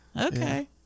Okay